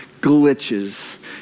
glitches